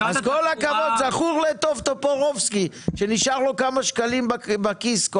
זכור לטוב טופורובסקי שנשאר לו כמה שקלים בכיס.